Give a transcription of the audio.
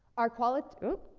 our qualiti oop.